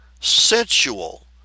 sensual